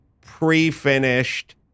pre-finished